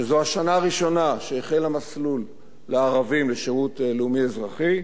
שזו השנה הראשונה שהחל המסלול לערבים בשירות לאומי-אזרחי,